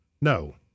No